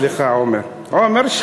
עמר, סליחה, עמר.